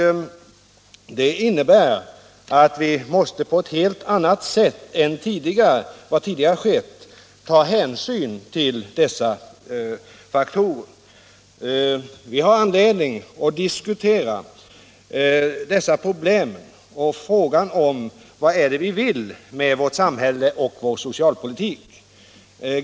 Det innebär att vi på ett helt annat sätt än tidigare måste ta hänsyn till dessa faktorer. Vi har all anledning att diskutera frågan vad det är vi vill med vårt samhälle och med vår socialpolitik.